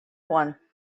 one